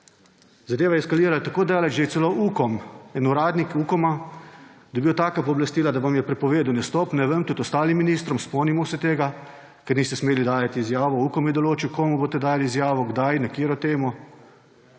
Zadeva je eskalirala tako daleč, da je celo Ukom, en uradnik Ukoma dobil taka pooblastila, da vam je prepovedal nastop, ne samo vam, tudi ostalim ministrom, spomnimo se tega, ker niste smeli dajati izjav. Ukom je določil, komu boste dali izjavo, kdaj, na katero temo.